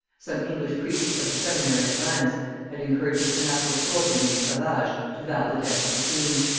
some english priests of the seminary at rheims had encouraged a fanatical soldier named savage to vow the death of the queen.